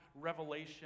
revelation